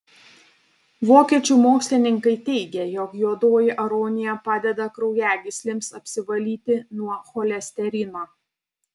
vokiečių mokslininkai teigia jog juodoji aronija padeda kraujagyslėmis apsivalyti nuo cholesterino